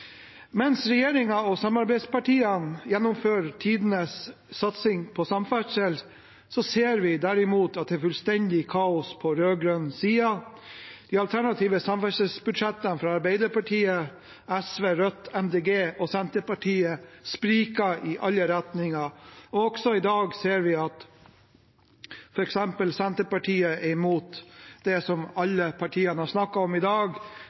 Mens regjeringen og samarbeidspartiene gjennomfører tidenes satsing på samferdsel, ser vi derimot at det er fullstendig kaos på rød-grønn side. De alternative samferdselsbudsjettene fra Arbeiderpartiet, SV, Rødt, Miljøpartiet De Grønne og Senterpartiet spriker i alle retninger. Også i dag ser vi f.eks. at Senterpartiet er mot det som alle partiene har snakket om i dag,